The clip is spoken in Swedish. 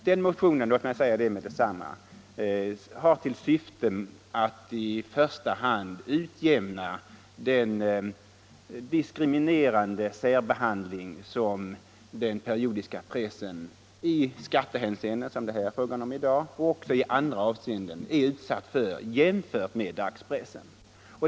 Den motionen — låt mig säga det med detsamma — har till syfte att i första hand utjämna den diskriminerande särbehandling som den periodiska pressen i skattehänseende, som det är fråga om i dag, men även i andra avseenden är utsatt för jämfört med dagspressen.